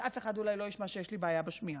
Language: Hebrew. אז אף אחד אולי לא ישמע שיש לי בעיה בשמיעה.